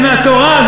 זה מהתורה,